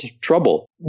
trouble